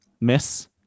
Miss